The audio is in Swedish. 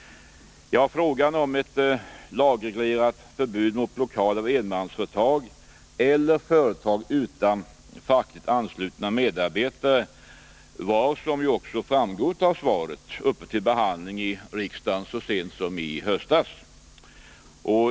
Frågan om ett lagreglerat förbud mot blockad av enmansföretag eller företag utan fackligt anslutna medarbetare var, som också framgick av interpellationssvaret, uppe till behandling i riksdagen så sent som i höstas.